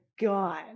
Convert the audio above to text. God